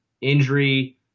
injury